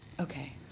okay